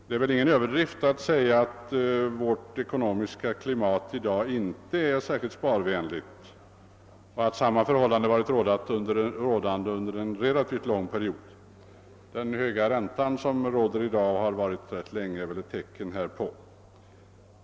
Det är väl ingen överdrift att påstå att vårt ekonomiska klimat i dag inte är särskilt sparvänligt och att samma förhållande varit rådande under en relativt lång period. Den höga ränta som vi har i dag och som vi haft ganska länge är väl ett tecken härpå.